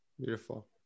Beautiful